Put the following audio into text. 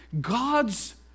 God's